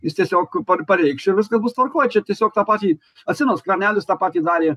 jis tiesiog pareikš ir viskas bus tvarkoj čia tiesiog tą patį atsimenat skvernelis tą patį darė